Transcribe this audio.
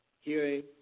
hearing